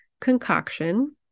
concoction